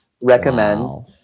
recommend